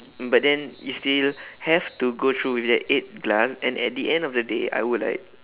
but then you still have to go through that eight glass and at the end of the day I would like